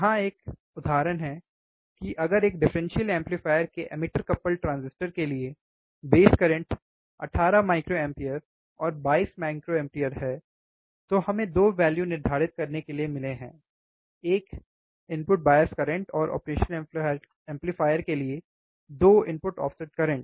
यह एक उदाहरण है कि अगर एक डिफ्रेंशियल एम्पलीफायर के एमिटर कपल्ड ट्रांजिस्टर के लिए बेस करंट 18 माइक्रो एम्पियर और 22 माइक्रो एम्पियर हैं तो हमें 2 वैल्यु निर्धारित करने के लिए मिले हैं एक इनपुट बायस करंट और ऑपरेशन एम्पलीफायर के लिए 2 इनपुट ऑफसेट करंट